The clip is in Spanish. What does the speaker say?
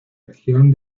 región